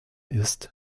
ist